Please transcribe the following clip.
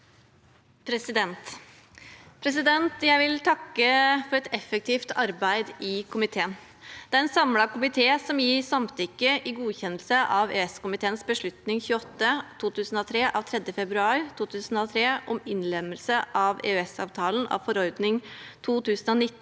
Jeg vil takke for et ef- fektivt arbeid i komiteen. Det er en samlet komité som gir samtykke til godkjennelse av EØS-komiteens beslutning nr. 28/2023 av 3. februar 2023 om innlemmelse i EØS-avtalen av forordning (EU)